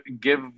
give